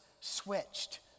switched